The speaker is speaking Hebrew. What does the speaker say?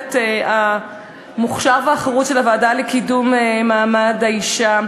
לצוות המוכשר והחרוץ של הוועדה לקידום מעמד האישה: